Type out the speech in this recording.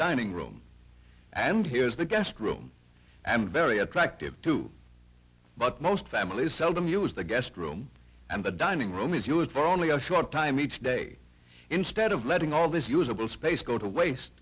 dining room and here is the guest room and very attractive too but most families seldom use the guest room and the dining room is used for only a short time each day instead of letting all this usable space go to waste